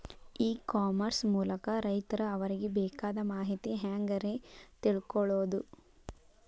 E commerce ಮೂಲಕ ರೈತರು ಅವರಿಗೆ ಬೇಕಾದ ಮಾಹಿತಿ ಹ್ಯಾಂಗ ರೇ ತಿಳ್ಕೊಳೋದು?